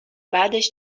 بعدش